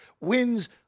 wins